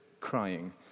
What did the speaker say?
crying